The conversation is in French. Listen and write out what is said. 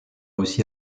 aussi